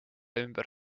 ümber